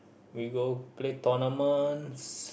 we go play tournaments